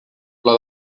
pla